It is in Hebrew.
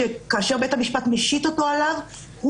כאשר בית המשפט משית אותו עליו,